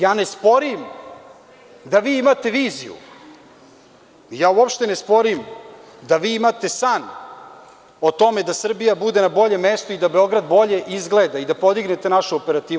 Ja ne sporim da vi imate viziju, ja uopšte ne sporim da vi imate san o tome da Srbija bude na boljem mestu, da Beograd bolje izgleda i da podignete našu operativu.